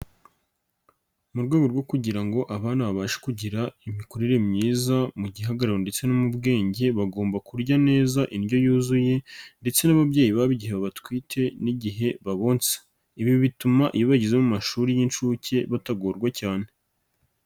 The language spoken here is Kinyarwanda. Mu rwego rwo kugira ngo abana babashe kugira imikurere myiza mu gihagararo ndetse no mu bwenge, bagomba kurya neza indyo yuzuye ndetse n'ababyeyi babo igihe batwite n'igihe babonsa, ibi bituma iyo bageze mu mashuri y'inshuke batagorwa cyane.